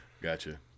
Gotcha